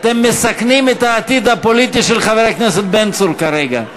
אתם מסכנים את העתיד הפוליטי של חבר הכנסת בן צור כרגע,